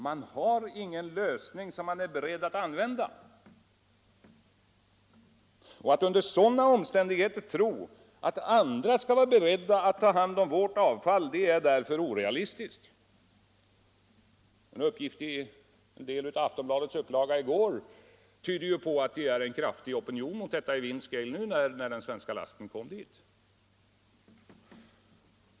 Man har ingen lösning som man är beredd att använda. Att under sådana omständigheter tro att andra skall vara beredda att ta hand om vårt avfall är därför orealistiskt. En uppgift i en del av Aftonbladets upplaga i går tyder på att det är en kraftig opinion mot detta i Windscale när den svenska lasten nu kommit dit.